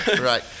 Right